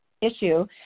issue